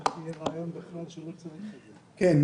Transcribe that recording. פרופ' צחי בירק, בבקשה.